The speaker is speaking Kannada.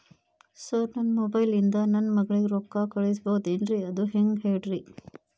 ಸರ್ ನನ್ನ ಮೊಬೈಲ್ ಇಂದ ನನ್ನ ಮಗಳಿಗೆ ರೊಕ್ಕಾ ಕಳಿಸಬಹುದೇನ್ರಿ ಅದು ಹೆಂಗ್ ಹೇಳ್ರಿ